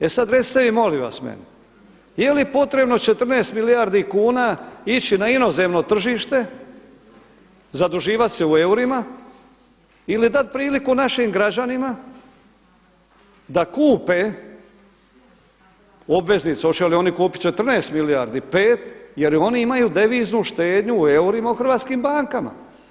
E sada recite vi meni molim vas, jeli potrebno 14 milijardi kuna ići na inozemno tržište zaduživat se u eurima ili dati priliku našim građanima da kupe obveznicu, hoće li oni kupiti 14 milijardi, pet jer oni imaju deviznu štednju u eurima u hrvatskim bankama.